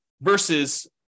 versus